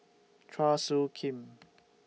Chua Soo Khim